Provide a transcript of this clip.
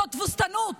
זו תבוסתנות.